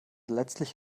letztlich